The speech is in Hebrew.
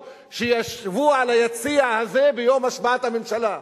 שישבו על היציע הזה ביום השבעת הממשלה.